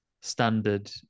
standard